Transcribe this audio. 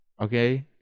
okay